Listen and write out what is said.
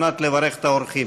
על מנת לברך את האורחים.